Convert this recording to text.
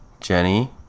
Jenny